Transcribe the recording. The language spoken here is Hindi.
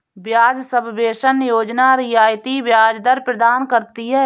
ब्याज सबवेंशन योजना रियायती ब्याज दर प्रदान करती है